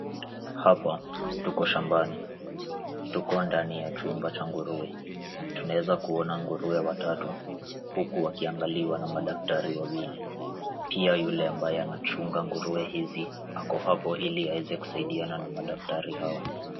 Hapa tuko shambani. Tuko ndani ya chumba cha nguruwe. Tunaweza kuona nguruwe watatu huku wakiangaliwa na madaktari wawili. Pia yule ambaye anachunga nguruwe hizi ako hapo ili aweze kusaidiana na madaktari hawa.